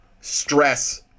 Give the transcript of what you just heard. stress